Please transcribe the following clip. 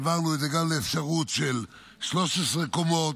העברנו את זה גם לאפשרות של 13 קומות,